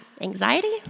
Anxiety